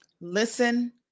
Listen